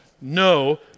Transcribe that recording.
No